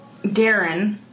Darren